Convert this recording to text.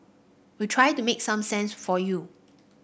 we try to make some sense for you